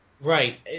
Right